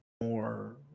more